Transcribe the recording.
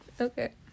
okay